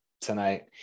tonight